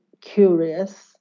curious